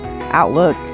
outlook